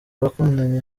bakundanye